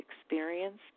experience